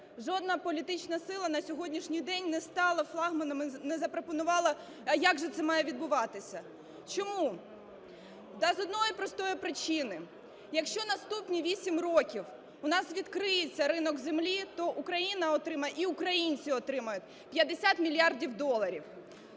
жодна політична сила на сьогоднішній день не стала флагманом і не запропонувала, а як же це має відбуватися. Чому? Та з одної простої причини: якщо наступні 8 років у нас відкриється ринок землі, то Україна отримає і українці отримають 50 мільярдів доларів.